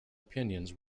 opinions